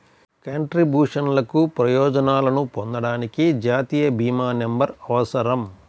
కంట్రిబ్యూషన్లకు ప్రయోజనాలను పొందడానికి, జాతీయ భీమా నంబర్అవసరం